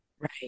Right